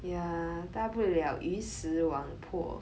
yeah 大不了鱼死网破